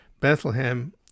Bethlehem